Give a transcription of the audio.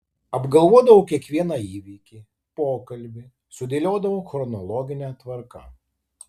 apgalvodavau kiekvieną įvykį pokalbį sudėliodavau chronologine tvarka